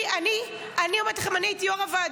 אני אומרת לכם, אני הייתי יו"ר הוועדה.